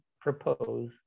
propose